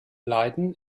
leiden